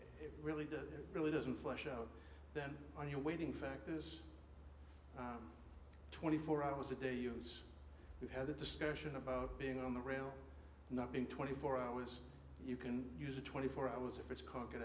it really does really doesn't flush out then are you waiting factors twenty four hours a day use we've had a discussion about being on the rail not being twenty four hours you can use a twenty four hours if it's c